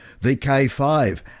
VK5